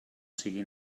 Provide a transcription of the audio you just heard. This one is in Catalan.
sigui